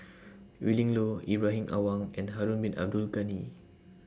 Willin Low Ibrahim Awang and Harun Bin Abdul Ghani